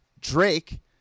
Drake